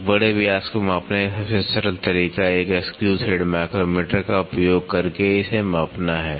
एक बड़े व्यास को मापने का सबसे सरल तरीका एक स्क्रू थ्रेड माइक्रोमीटर का उपयोग करके इसे मापना है